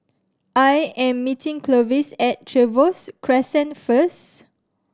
I am meeting Clovis at Trevose Crescent first